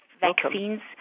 vaccines